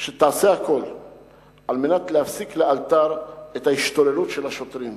שתעשה הכול על מנת להפסיק לאלתר את ההשתוללות של השוטרים.